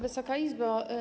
Wysoka Izbo!